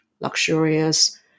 luxurious